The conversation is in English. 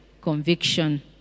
conviction